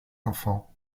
enfants